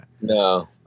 No